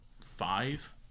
five